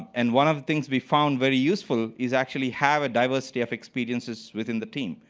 and one of the things we found very useful is actually have a diversity of experiences within the team.